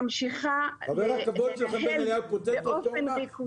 חבר הכבוד שלכם בן אליהו פוצץ רפורמה,